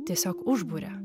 tiesiog užburia